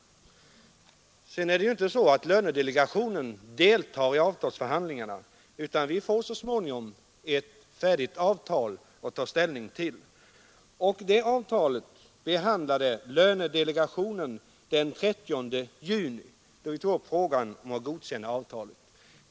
Lönedelegationen deltar ju inte i avtalsförhandlingarna, utan vi får så småningom ett färdigt avtal att ta ställning till. Det avtalet behandlade lönedelegationen alltså den 30 juni, då vi tog upp frågan om att godkänna avtalet.